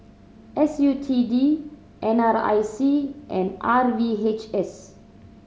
S U T D N R I C and R V H S